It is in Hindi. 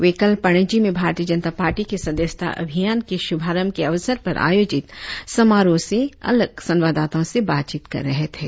वे कल पणजी में भारतीय जनता पार्टी के सदस्यता अभियान के शुभारंभ के अवसर पर आयोजित समारोह से अलग संवाददाताओ से बातचीत कर रहे थे